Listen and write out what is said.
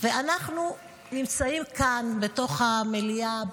ואנחנו נמצאים כאן בתוך המליאה,